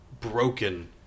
broken